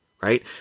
right